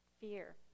fear